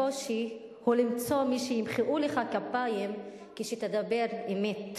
הקושי הוא למצוא מי שימחאו לך כפיים כשתדבר אמת.